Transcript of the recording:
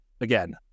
Again